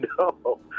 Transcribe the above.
No